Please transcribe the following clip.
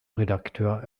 redakteur